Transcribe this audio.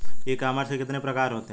ई commerce के कितने प्रकार होते हैं?